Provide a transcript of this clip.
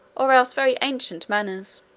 or else very ancient manners.